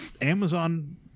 Amazon